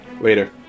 Later